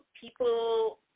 people